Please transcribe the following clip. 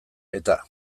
eta